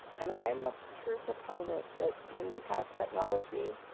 and i am a true proponent that when we have technology,